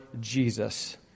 Jesus